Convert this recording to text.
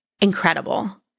incredible